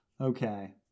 Okay